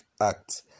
act